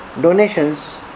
donations